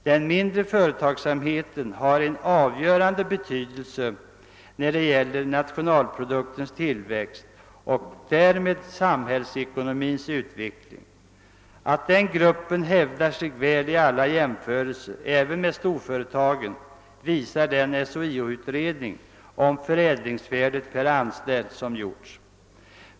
Den mindre företagsamheten har en avgörande betydelse när det gäller nationalproduktens tillväxt och därmed samhällsekonomins utveckling. Att den gruppen hävdar sig väl i alla jämförelser även med de större företagen visar den SHIO-utredning om förädlingsvärdet per anställd som gjorts.